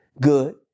good